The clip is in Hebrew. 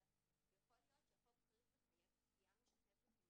המצלמה יכול להיות שהחוק צריך לחייב צפייה משותפת עם ההורים.